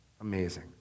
amazing